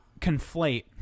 conflate